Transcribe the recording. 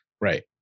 Right